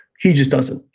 he just doesn't.